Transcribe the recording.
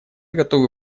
готовы